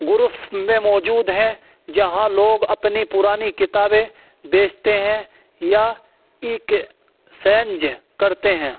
groups میں موجود ہیں جہاں لوگ اپنی پرانی کتابیں بیچتے ہیں یا ایکسچینج کرتے ہیں